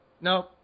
No